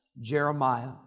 Jeremiah